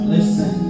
Listen